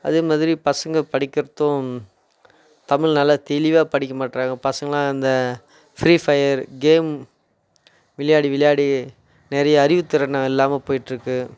அதே மாதிரி பசங்க படிக்கிறதும் தமிழ் நல்லா தெளிவாக படிக்க மாட்டேறாங்க பசங்களாம் அந்த ஃப்ரீ ஃபைர் கேம் விளையாடி விளையாடி நிறைய அறிவு திறன் இல்லாமல் போயிட்டுருக்குது